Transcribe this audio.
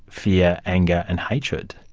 fear, anger and hatred?